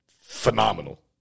phenomenal